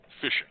fishing